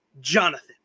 Jonathan